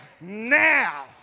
now